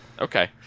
Okay